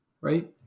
Right